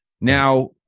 Now